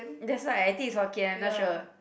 that's why I think is Hokkien I'm not sure